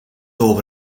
over